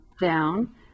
down